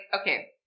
okay